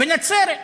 בנצרת.